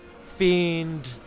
fiend